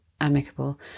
amicable